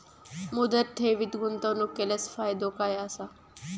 मुदत ठेवीत गुंतवणूक केल्यास फायदो काय आसा?